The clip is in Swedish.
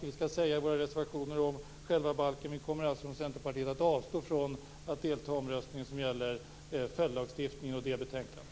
Vi i Centerpartiet kommer att avstå från att delta i den omröstning som gäller följdlagstiftningen och det betänkandet.